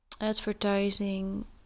advertising